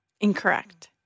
incorrect